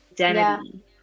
identity